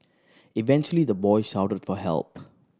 eventually the boy shouted for help